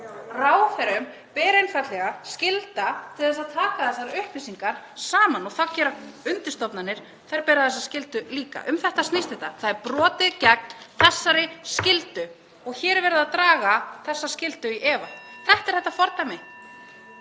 Ráðherrum ber einfaldlega skylda til að taka þessar upplýsingar saman og undirstofnanir bera þessa skyldu líka. Um það snýst þetta. Það er brotið gegn þessari skyldu og hér er verið að draga þessa skyldu í efa. Það er þetta fordæmi